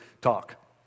talk